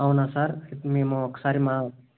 అవునా సార్ మేము ఒకసారి మా